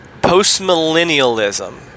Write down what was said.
postmillennialism